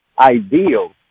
Ideal